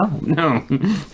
no